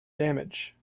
damage